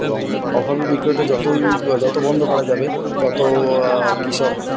এবং অভাবী বিক্রয়টা যতই যত বন্ধ করা যাবে তত কৃষক